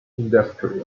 industry